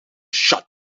shut